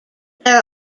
there